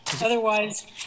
Otherwise